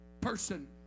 person